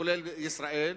כולל ישראל,